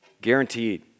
Guaranteed